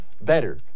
better